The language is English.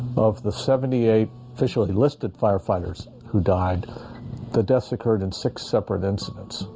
of the seventy eight officially listed firefighters who died the deaths occurred in six separate incidents?